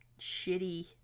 shitty